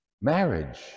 marriage